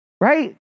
Right